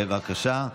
בבקשה.